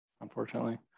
unfortunately